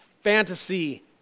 fantasy